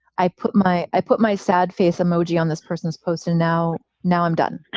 i put my i put my sad face emoji on this person's poster now. now i'm done.